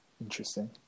Interesting